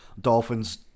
Dolphins